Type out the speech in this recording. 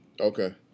Okay